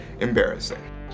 embarrassing